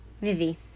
Vivi